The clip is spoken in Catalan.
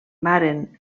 varen